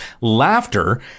laughter